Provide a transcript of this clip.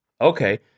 Okay